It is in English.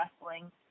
wrestling